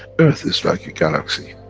earth is like a galaxy,